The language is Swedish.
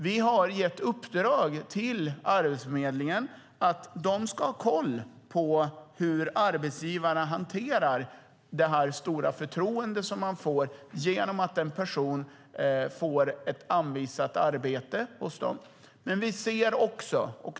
Vi har gett i uppdrag till Arbetsförmedlingen att ha koll på hur arbetsgivarna hanterar det stora förtroende som de får genom att en person får ett arbete anvisat hos dem.